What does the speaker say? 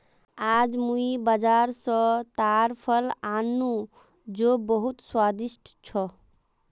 आईज मुई बाजार स ताड़ फल आन नु जो बहुत स्वादिष्ट छ